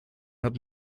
hat